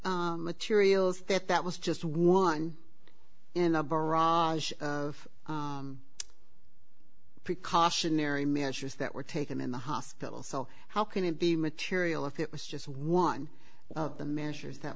materials that that was just one in a barrage of precautionary measures that were taken in the hospital so how can it be material if it was just one of the measures that